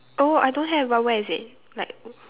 oh I don't have but where is it like